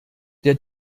der